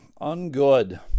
ungood